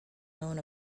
known